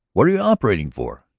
what are you operating for?